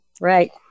right